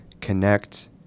connect